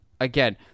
Again